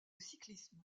cyclisme